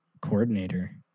coordinator